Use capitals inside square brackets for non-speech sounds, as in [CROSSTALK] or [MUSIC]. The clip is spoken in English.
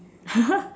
[LAUGHS]